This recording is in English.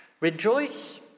Rejoice